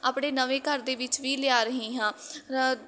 ਆਪਣੇ ਨਵੀਂ ਘਰ ਦੇ ਵਿੱਚ ਵੀ ਲਿਆ ਰਹੀ ਹਾਂ